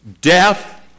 death